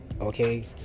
Okay